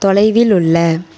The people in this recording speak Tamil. தொலைவில் உள்ள